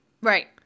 Right